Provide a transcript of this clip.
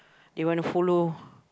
they want to follow